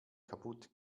kaputt